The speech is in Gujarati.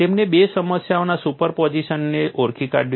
તેમણે બે સમસ્યાઓના સુપરપોઝિશનને ઓળખી કાઢ્યું